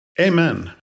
Amen